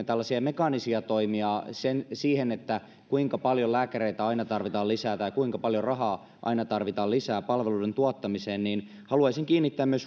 tällaisia mekaanisia toimia siihen kuinka paljon lääkäreitä aina tarvitaan lisää tai kuinka paljon rahaa aina tarvitaan lisää palveluiden tuottamiseen haluaisin kiinnittää